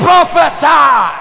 Professor